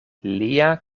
lia